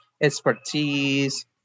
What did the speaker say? expertise